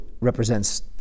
represents